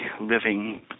living